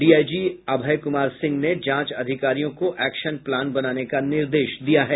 DIG Abhay Kumar Singh ने जांच अधिकारियों को एक्शन प्लान बनाने का निर्देश दिया है